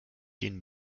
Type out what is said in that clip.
den